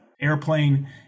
airplane